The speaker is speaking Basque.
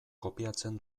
kopiatzen